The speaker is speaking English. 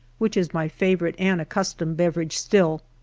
which is my favorite and accustomed beverage still.